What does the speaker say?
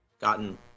gotten